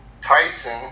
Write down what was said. Tyson